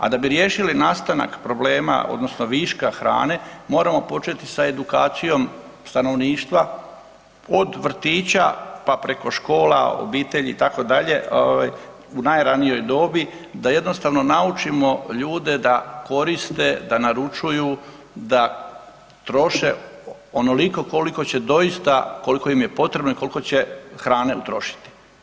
A da bi riješili nastanak problema odnosno viška hrane moramo početi sa edukacijom stanovništva od vrtića pa preko škola, obitelji itd. u najranijoj dobi da jednostavno naučimo ljude da koriste, da naručuju, da troše onoliko koliko im je potrebno i koliko će hrane utrošiti.